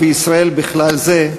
ובישראל בכלל זה,